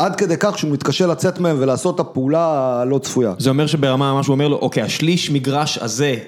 עד כדי כך שהוא מתקשה לצאת מהם ולעשות את הפעולה הלא צפויה. זה אומר שברמה מה שהוא אומר לו, אוקיי, השליש מגרש הזה...